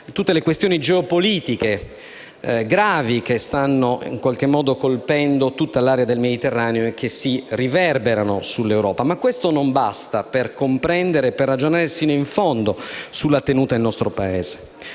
tutte le questioni geopolitiche gravi che stanno in qualche modo colpendo tutta l'area del Mediterraneo e che si riverberano sull'Europa. Ma questo non basta per comprendere e ragionare sino in fondo sulla tenuta del nostro Paese.